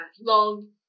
long